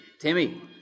Timmy